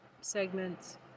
segments